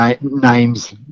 Names